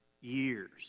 Years